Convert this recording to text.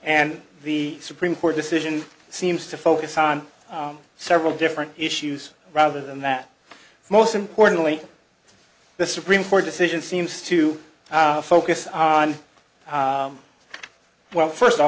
and the supreme court decision seems to focus on several different issues rather than that most importantly the supreme court decision seems to focus on well first of